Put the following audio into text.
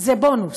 זה בונוס,